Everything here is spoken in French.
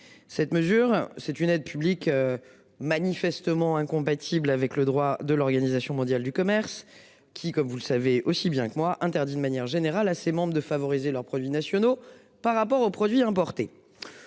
Cette mesure, c'est une aide publique. Manifestement incompatible avec le droit de l'Organisation mondiale du commerce qui comme vous le savez aussi bien que moi interdit une manière générale à ses membres de favoriser leurs produits nationaux par rapport aux produits importés.